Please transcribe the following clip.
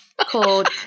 called